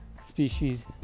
species